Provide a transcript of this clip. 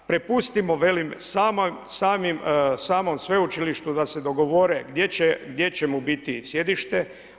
Prepustimo velim, samom sveučilištu da se dogovore gdje će mu biti sjedište.